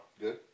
Good